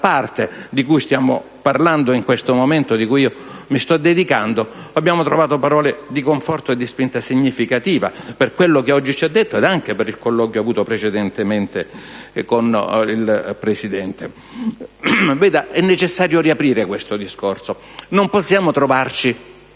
di cui stiamo parlando in questo momento e a cui mi sto dedicando, hanno espresso parole di conforto e ravvisato una spinta significativa, per quello che oggi ci ha detto ed anche per il colloquio avuto precedentemente con il Presidente. È necessario riaprire questo discorso. Non possiamo continuare